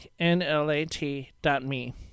nlat.me